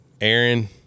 Aaron